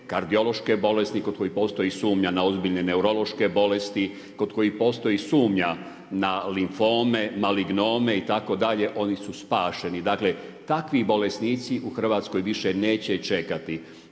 kardiološke bolesti, kod kojih postoji sumnja na ozbiljne neurološke bolesti, kod kojih postoji sumnja na limfnome, malignome itd. oni su spašeni. Dakle, takvi bolesnici u Hrvatskoj više neće čekati.